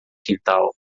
quintal